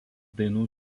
dainų